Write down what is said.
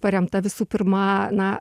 paremta visų pirma na